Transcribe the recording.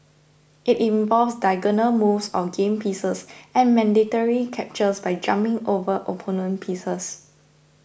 it involves diagonal moves of game pieces and mandatory captures by jumping over opponent pieces